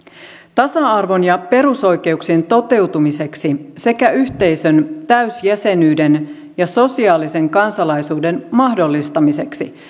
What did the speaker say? tasa arvon ja perusoikeuksien toteutumiseksi sekä yhteisön täysjäsenyyden ja sosiaalisen kansalaisuuden mahdollistamiseksi